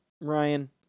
Ryan